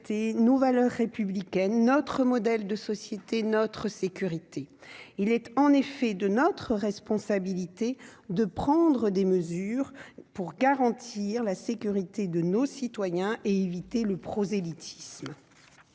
nos valeurs républicaines, notre modèle de société, notre sécurité, il est en effet de notre responsabilité de prendre des mesures pour garantir la sécurité de nos citoyens et éviter le prosélytisme,